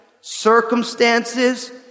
circumstances